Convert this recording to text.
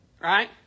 right